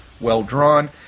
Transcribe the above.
well-drawn